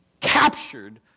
captured